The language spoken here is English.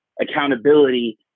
accountability